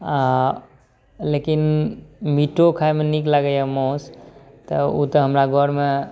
आओर लेकिन मीटो खाइमे नीक लागैए मौस तऽ ओ तऽ हमरा घरमे